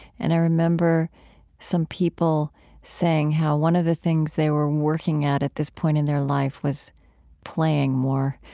and i remember some people saying how one of the things they were working at at this point in their life was playing more,